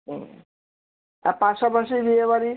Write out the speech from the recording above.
হুম আর পাশাপাশি বিয়ে বাড়ি